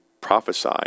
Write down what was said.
prophesy